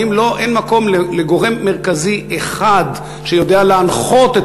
האם אין מקום לגורם מרכזי אחד שיודע להנחות את